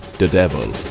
the devil,